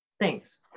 Thanks